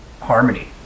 harmony